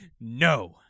No